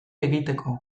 egiteko